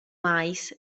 mais